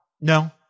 no